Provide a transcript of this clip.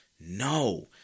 No